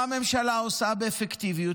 מה הממשלה עושה באפקטיביות?